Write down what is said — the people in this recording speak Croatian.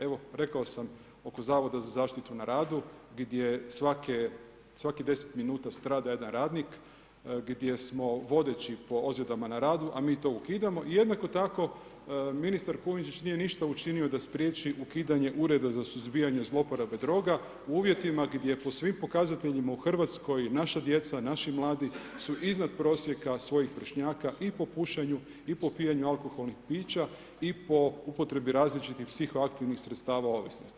Evo, rekao sam oko zavoda za zaštitu na radu, gdje svakih 10 min strada jedan radnik, gdje smo vodeći po ozljedama na radu, a mi to ukidamo i jednako tako ministar Kujundžić nije ništa učinio da spriječi ukidanja ureda za suzbijanje zlouporabe droga, u uvjetima gdje po svim pokazateljima u Hrvatskoj, naša djeca, naši mladi, su iznad prosjeka svojih vršnjaka i po pušenju i po pijanu alkoholnih pića i po upotrebu različitih psihoaktivnih sredstava ovisnosti.